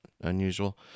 unusual